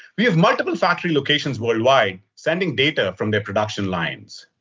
we have multiple factory locations worldwide sending data from their production lines.